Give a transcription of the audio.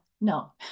No